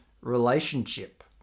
relationship